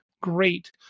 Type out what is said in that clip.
great